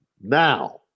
Now